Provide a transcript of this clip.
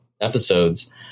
episodes